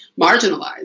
marginalized